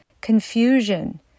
Confusion